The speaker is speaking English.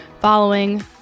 following